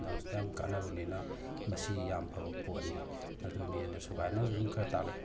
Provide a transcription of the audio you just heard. ꯂꯪꯁꯇ ꯌꯥꯝ ꯀꯥꯟꯅꯕꯅꯤꯅ ꯃꯁꯤ ꯌꯥꯝ ꯐꯕ ꯄꯣꯠꯅꯤ ꯑꯗꯨꯅꯤ ꯑꯅ ꯁꯨꯒꯥꯏꯅꯁꯨ ꯑꯗꯨꯝ ꯈꯔ ꯇꯥꯛꯂꯛꯑꯦ